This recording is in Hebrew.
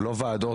לא ועדות,